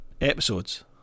episodes